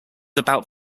about